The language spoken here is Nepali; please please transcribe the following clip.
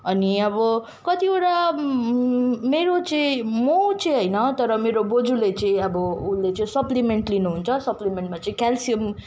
अनि अब कतिवटा मेरो चाहिँ म चाहिँ होइन तर मेरो बोजुले चाहिँ अब उनले चाहिँ सप्लिमेन्ट लिनुहुन्छ सप्लिमेन्टमा चाहिँ क्याल्सियम